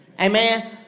Amen